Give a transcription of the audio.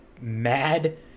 mad